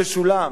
ששולם.